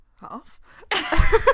half